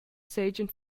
seigien